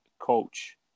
coach